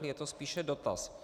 Je to spíše dotaz.